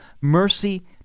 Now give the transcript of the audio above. mercy